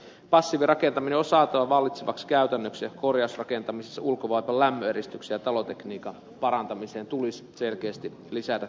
passiivirakentaminen on saatava vallitsevaksi käytännöksi ja korjausrakentamisessa ulkovaipan lämpöeristyksiin ja talotekniikan parantamiseen tulisi selkeästi lisätä tukea